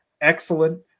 excellent